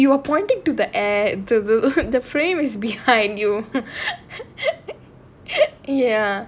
wait you appointed to the eh the rook the frame is behind you ya